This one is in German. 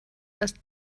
das